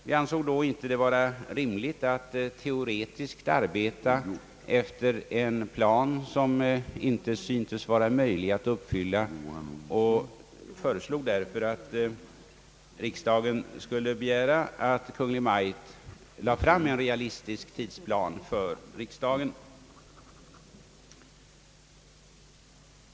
Vi ansåg det då inte vara rimligt att teoretiskt arbeta efter en plan, som inte syntes vara möjlig att uppfylla och föreslog därför att riksdagen skulle begära att Kungl. Maj:t lade fram en realistisk tidsplan för riksdagen.